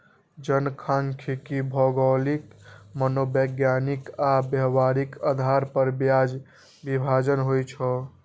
जनखांख्यिकी भौगोलिक, मनोवैज्ञानिक आ व्यावहारिक आधार पर बाजार विभाजन होइ छै